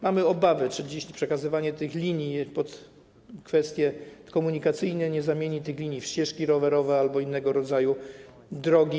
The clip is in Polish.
Mamy obawy, czy dziś przekazywanie tych linii pod kwestie komunikacyjne nie zamieni tych linii w ścieżki rowerowe albo innego rodzaju drogi.